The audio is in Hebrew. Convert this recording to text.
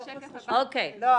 לא,